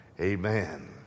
Amen